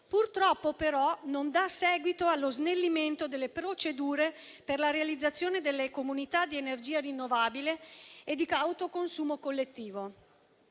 Purtroppo però non dà seguito allo snellimento delle procedure per la realizzazione delle comunità di energia rinnovabile e di autoconsumo collettivo.